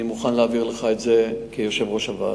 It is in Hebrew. אני מוכן להעביר לך את זה כיושב-ראש הוועדה.